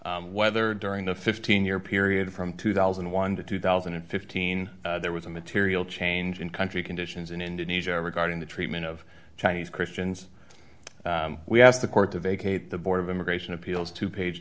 whether during the fifteen year period from two thousand and one to two thousand and fifteen there was a material change in country conditions in indonesia regarding the treatment of chinese christians we have the court to vacate the board of immigration appeals to page